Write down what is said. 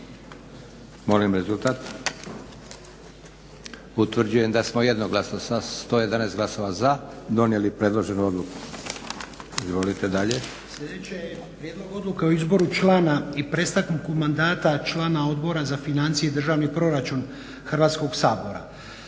Molim rezultat. Utvrđujem da smo jednoglasno sa 11 glasova za donijeli predloženu odluku. Izvolite dalje. **Lučin, Šime (SDP)** Sljedeće je Prijedlog odluke o izboru člana i prestanku mandata člana Odbora za financije i državni proračun Hrvatskog sabora.